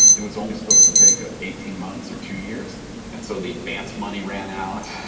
it was only supposed to take ah eighteen months or two years and so the advance money ran out.